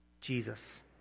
Jesus